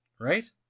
right